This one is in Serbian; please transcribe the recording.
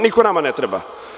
Niko nama ne treba.